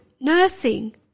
nursing